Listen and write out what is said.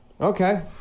Okay